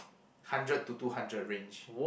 hundred to two hundred range